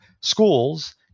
schools